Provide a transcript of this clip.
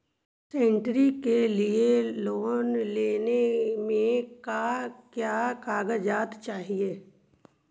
Study के लिये loan लेने मे का क्या कागजात चहोये?